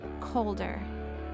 colder